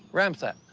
ramsacked.